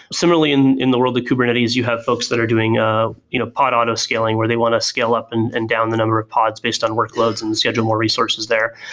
similarly, in in the world of kubernetes, you have folks that are doing ah you know pods auto scaling where they want to scale up and and down the number of pods based on workloads and schedule more resources there.